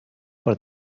per